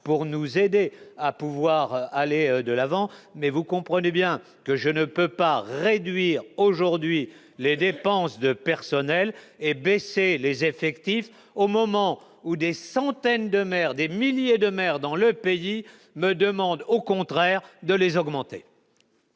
pour nous aider à pouvoir. Aller de l'avant, mais vous comprenez bien que je ne peux pas réduire aujourd'hui les dépenses de personnel et baisser les effectifs au moment où des centaines de maires des milliers de mères dans leur pays, me demande au contraire de les augmenter.